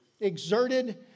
exerted